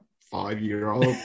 five-year-old